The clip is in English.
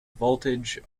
voltage